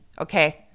okay